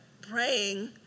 praying